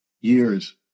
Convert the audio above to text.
years